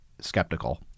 skeptical